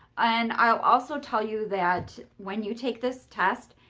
and i'll also tell you that when you take this test,